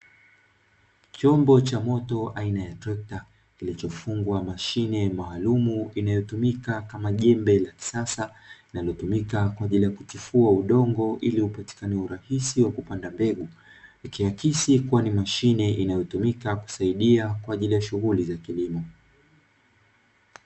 Chombo cha moto aina ya trekta, kilichofungwa mashine maalumu inayotumika kama jembe la kisasa, linalotumika kwa ajili ya kutifua udongo ili upatikane urahisi wa kupanda mbegu, ikiakisi kuwa ni mashine inayotumika kusaidia kwa ajili ya shughuli za kilimo.